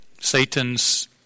Satan's